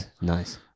Nice